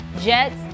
Jets